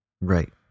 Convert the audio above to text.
Right